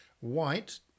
White